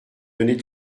données